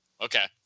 okay